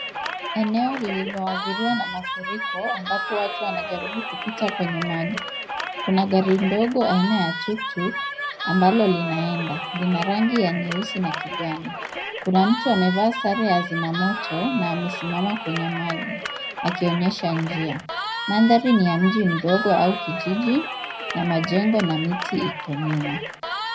Eneo lililoathiriwa na mafuriko ambapo watu wanajaribu kupita kwenye maji. Kuna gari ndogo aina ya tuktuk ambalo li naenda, lina rangi ya nyeusi na kijani. Kuna mtu amevaa sare ya zimamoto na amesimama kwenye maji akionyesha njia. Mandhari ni ya mji mdogo au kijiji na majengo na mti iko nyuma.